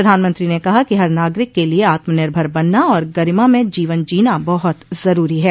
प्रधानमंत्री ने कहा कि हर नागरिक के लिए आत्म निर्भर बनना और गरिमामय जीवन जीना बहुत जरूरी है